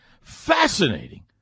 fascinating